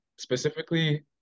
Specifically